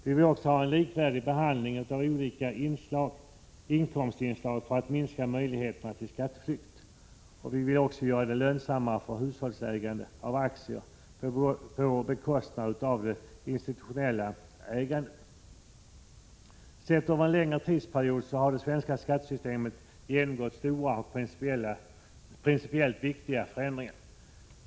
Vi vill ha en likvärdig behandling av olika inkomstslag för att minska möjligheterna till skatteflykt. Vi vill också göra det lönsammare för hushållsägande av aktier på bekostnad av institutionellt ägande. Sett över en längre tidsperiod har det svenska skattesystemet genomgått stora och principiellt viktiga förändringar.